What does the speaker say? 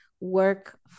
work